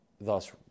thus